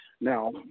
Now